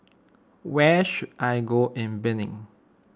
where should I go in Benin